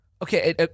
Okay